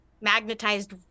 magnetized